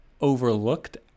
overlooked